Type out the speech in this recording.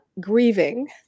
grieving